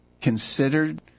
considered